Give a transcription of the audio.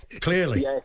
Clearly